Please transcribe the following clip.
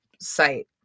site